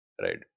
Right